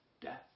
death